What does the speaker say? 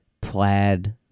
plaid